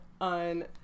on